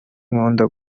nkunda